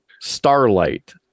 starlight